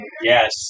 yes